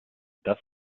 das